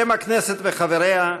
בשם הכנסת וחבריה,